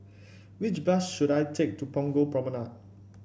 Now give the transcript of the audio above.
which bus should I take to Punggol Promenade